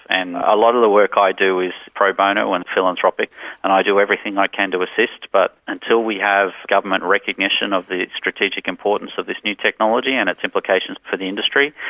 and a lot of the work i do is pro bono and philanthropic and i do everything i can to assist, but until we have government recognition of the strategic importance of this new technology and its implications for the industry,